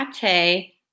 pate